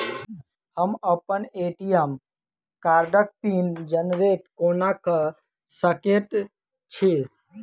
हम अप्पन ए.टी.एम कार्डक पिन जेनरेट कोना कऽ सकैत छी?